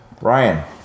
Ryan